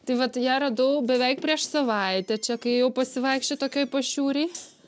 tai vat ją radau beveik prieš savaitę čia kai ėjau pasivaikščiot tokioj pašiūrėj